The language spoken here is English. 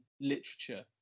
literature